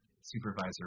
supervisor